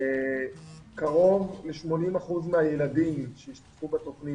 קרוב ל-80% מהילדים שהשתתפו בתוכנית